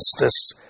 justice